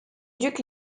duc